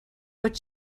what